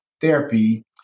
therapy